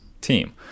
team